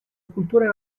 scultore